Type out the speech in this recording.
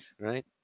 right